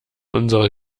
unsere